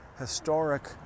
historic